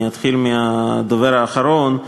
אני אתחיל מהדובר האחרון,